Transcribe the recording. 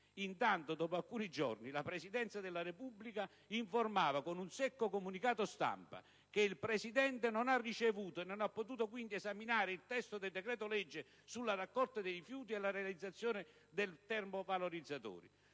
Intanto, dopo alcuni giorni, la Presidenza della Repubblica informava con un secco comunicato stampa che «il Presidente non ha ricevuto e non ha potuto quindi esaminare il testo del decreto-legge sulla raccolta dei rifiuti e la realizzazione dei termovalorizzatori».